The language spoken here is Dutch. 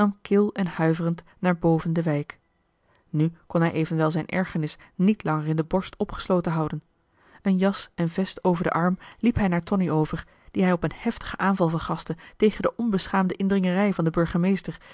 en huiverend naar boven de wijk nu kon hij evenwel zijn ergernis niet langer in de borst opgesloten houden een jas en vest over den arm liep hij naar tonie over dien hij op een heftigen aanval vergastte tegen de onbeschaamde indringerij van den burgemeester